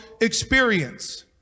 experience